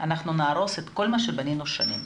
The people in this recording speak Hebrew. אנחנו נהרוס את כל מה שבנינו שנים